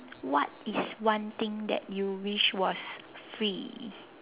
what is one thing that you wish was free